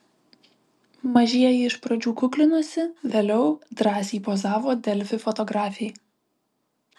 mažieji iš pradžių kuklinosi vėliau drąsiai pozavo delfi fotografei